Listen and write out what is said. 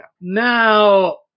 Now